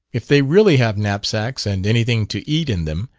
if they really have knapsacks, and anything to eat in them,